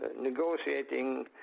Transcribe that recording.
negotiating